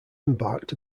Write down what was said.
embarked